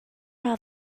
are